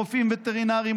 רופאים וטרינריים,